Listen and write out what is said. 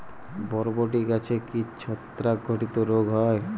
বরবটি গাছে কি ছত্রাক ঘটিত রোগ হয়?